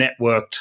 networked